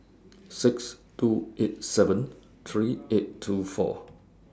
six two eight seven three eight two four